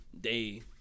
day